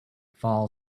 fall